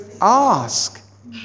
ask